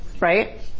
Right